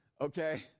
okay